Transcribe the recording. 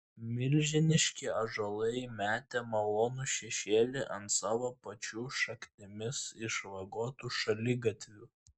milžiniški ąžuolai metė malonų šešėlį ant savo pačių šaknimis išvagotų šaligatvių